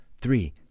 three